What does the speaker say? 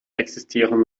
existieren